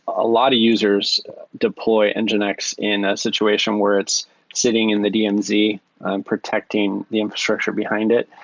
a lot of users deploy and nginx in a situation where it's sitting in the dmz protecting the infrastructure behind it.